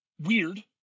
Weird